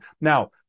Now